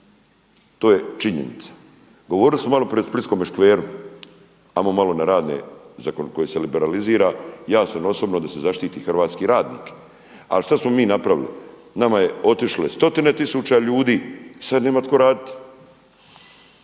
to je činjenica. Govorili smo malo prije o Splitskome škveru, ajmo malo na radne koji se liberalizira ja sam osobno da se zaštiti hrvatski radnik, aki šta smo mi napravili? Nama je otišlo stotine tisuća ljudi, sada nema tko raditi.